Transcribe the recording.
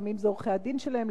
לפעמים זה עורכי-הדין שלהם,